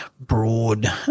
broad